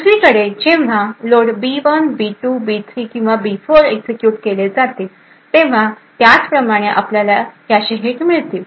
दुसरीकडे जेव्हा load B 1 B 2 B 3 किंवा बी 4 एक्झिक्युट केले जातील तेव्हा त्याचप्रमाणे आपल्याला कॅशे हिट मिळतील